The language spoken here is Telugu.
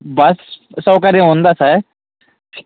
బస్సు సౌకర్యం ఉందా సార్